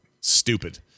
Stupid